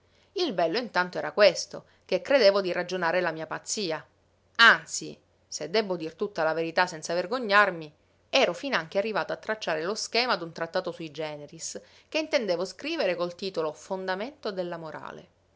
il bello intanto era questo che credevo di ragionare la mia pazzia anzi se debbo dir tutta la verità senza vergognarmi ero finanche arrivato a tracciare lo schema d'un trattato sui generis che intendevo scrivere col titolo fondamento della morale